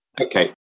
Okay